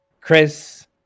Chris